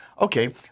okay